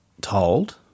told